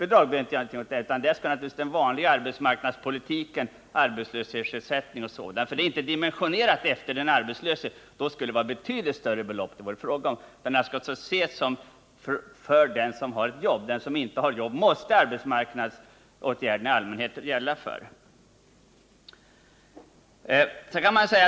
För den som är arbetslös skall den vanliga arbetsmarknadspolitiken med arbetslöshetsersättning och sådant träda in. Utryckningsbidraget är inte dimensionerat efter den arbetslöses förhållanden — då skulle det vara fråga om betydligt större belopp. För dem som inte har något arbete måste de allmänna arbetsmarknadsåtgärderna gälla.